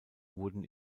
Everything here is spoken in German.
wurden